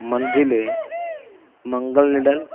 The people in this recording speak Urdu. منزلیں منگل نڈل